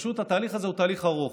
פשוט התהליך הזה הוא תהליך ארוך.